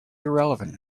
irrelevant